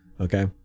Okay